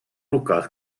руках